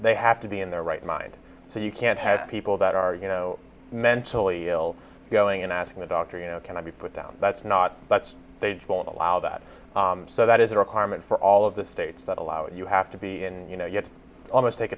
they have to be in their right mind so you can't have people that are you know mentally ill going and asking the doctor you know can i be put down that's not but they won't allow that so that is a requirement for all of the states that allow you have to be in you know you'd almost take